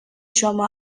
شما